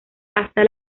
hasta